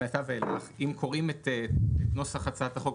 אם קוראים את נוסח הצעת החוק,